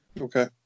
Okay